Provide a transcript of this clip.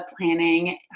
planning